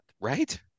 right